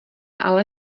ale